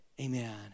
Amen